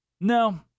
No